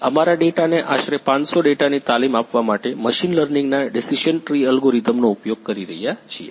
અમારા ડેટાને આશરે 500 ડેટાની તાલીમ આપવા માટે મશીન લર્નિંગના ડીસીશન ટ્રી અલ્ગોરિધમનો ઉપયોગ કરીએ છીએ